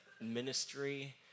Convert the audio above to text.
ministry